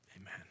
Amen